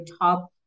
top